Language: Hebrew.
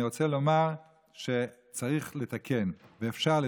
אני רוצה לומר שצריך לתקן ואפשר לתקן.